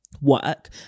work